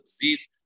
disease